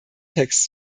text